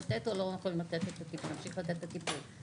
לתת או לא יכולים להמשיך לתת את הטיפול.